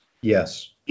Yes